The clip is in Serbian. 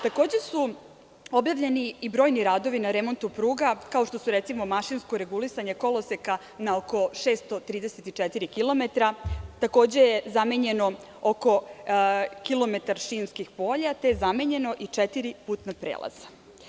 Takođe su objavljeni i brojni radovi na remontu pruga, kao što su recimo mašinsko regulisanje koloseka na oko 634 kilometra, takođe je zamenjeno oko kilometar šinskih polja, te je zamenjeno i četiri putna prelaza.